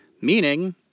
meaning